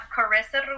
Carissa